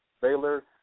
Baylor